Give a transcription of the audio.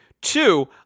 Two